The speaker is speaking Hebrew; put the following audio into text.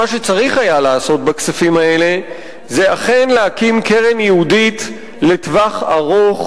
מה שצריך היה לעשות בכספים האלה זה אכן להקים קרן ייעודית לטווח ארוך,